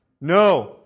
No